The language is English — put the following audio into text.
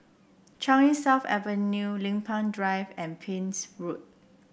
Changi South Avenue Lempeng Drive and Pepys Road